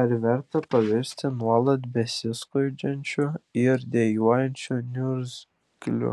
ar verta pavirsti nuolat besiskundžiančiu ir dejuojančiu niurgzliu